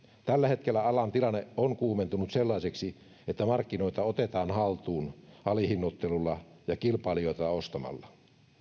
tällä hetkellä alan tilanne on kuumentunut sellaiseksi että markkinoita otetaan haltuun alihinnoittelulla ja kilpailijoita ostamalla